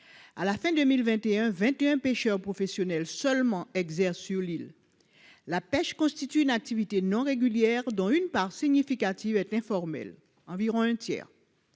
à la fin 2021 21 pêcheurs professionnels seulement exercent sur l'île, la pêche constitue une activité non régulière, dont une part significative est informel, environ un tiers